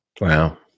Wow